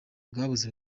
bwabuze